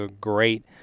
great